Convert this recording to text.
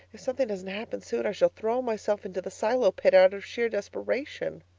if something doesn't happen soon, i shall throw myself into the silo pit out of sheer desperation.